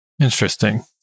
Interesting